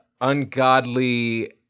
Ungodly